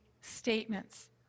statements